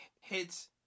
Hits